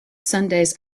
sundays